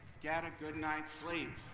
get a good night's sleep!